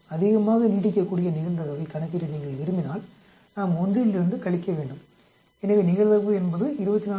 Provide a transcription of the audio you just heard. அதிகமாக நீடிக்கக்கூடிய நிகழ்தகவைக் கணக்கிட நீங்கள் விரும்பினால் நாம் 1 இலிருந்து கழிக்க வேண்டும் எனவே நிகழ்தகவு என்பது 24